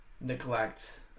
neglect